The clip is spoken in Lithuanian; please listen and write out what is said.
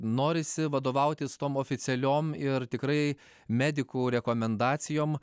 norisi vadovautis tom oficialiom ir tikrai medikų rekomendacijom